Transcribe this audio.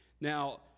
Now